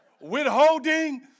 Withholding